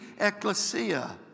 ecclesia